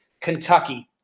Kentucky